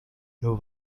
nur